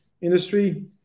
industry